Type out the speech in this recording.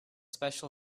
special